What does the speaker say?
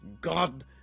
God